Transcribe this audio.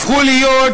הפכו להיות